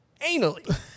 anally